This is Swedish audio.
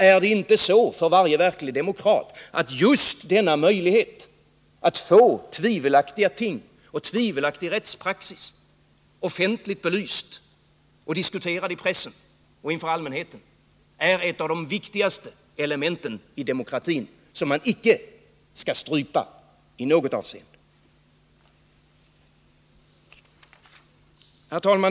Är det inte så för varje verklig demokrat att just möjligheten att få tvivelaktiga ting och tvivelaktig rättspraxis offentligt belysta och diskuterade i pressen och inför allmänheten är ett av de viktigaste elementen i demokratin och som man icke kan strypa i något avseende? Herr talman!